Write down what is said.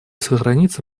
сохранится